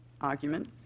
argument